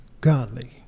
godly